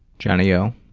johnny o?